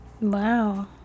Wow